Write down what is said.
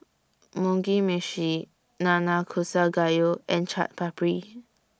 Mugi Meshi Nanakusa Gayu and Chaat Papri